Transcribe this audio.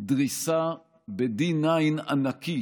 דריסה ב-D-9 ענקי